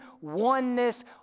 oneness